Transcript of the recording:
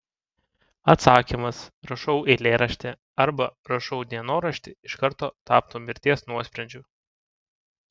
atsakymas rašau eilėraštį arba rašau dienoraštį iš karto taptų mirties nuosprendžiu